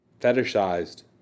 fetishized